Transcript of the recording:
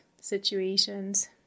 situations